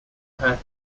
her